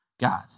God